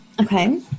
Okay